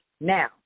Now